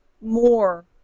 more